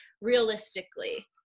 realistically